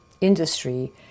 industry